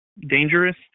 dangerous